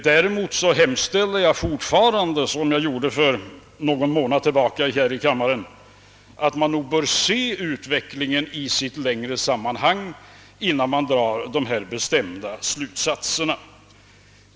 Däremot hemställer jag fortfarande som jag gjorde för någon månad sedan här i kammaren att man försöker se utvecklingen i dess längre sammanhang innan man drar några bestämda slutsatser.